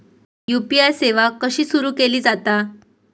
UPI सेवा कशी सुरू केली जाता?